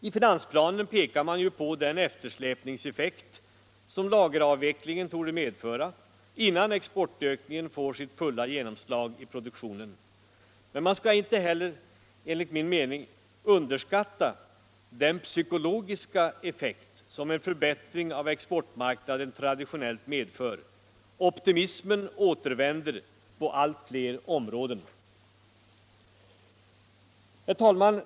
I finansplanen pekar man ju på den eftersläpningseffekt som lageravvecklingen torde medföra innan exportökningen får sitt fulla genomslag i produktionen. Men man bör enligt min mening inte heller underskatta den psykologiska effekt som en förbättring av exportmarknaden traditionellt medför. Optimismen återvänder då på allt fler områden. Herr talman!